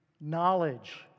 knowledge